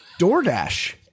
DoorDash